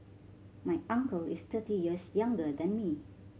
my uncle is thirty years younger than me